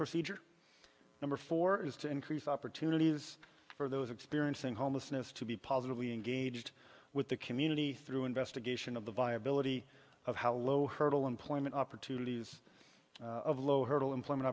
procedure number four is to increase opportunities for those experiencing homelessness to be positively engaged with the community through investigation of the viability of how low hurdle employment opportunities of low hurdle employment